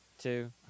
Two